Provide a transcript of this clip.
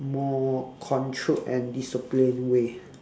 more controlled and disciplined way